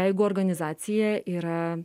jeigu organizacija yra